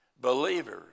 believers